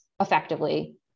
effectively